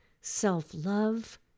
self-love